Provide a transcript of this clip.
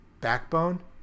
backbone